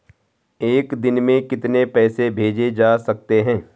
एक दिन में कितने पैसे भेजे जा सकते हैं?